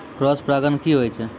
Cross परागण की होय छै?